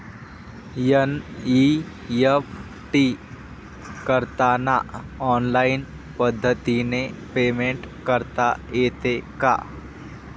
NEFT करताना online पद्धतीने payment करता येते का?